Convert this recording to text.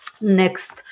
next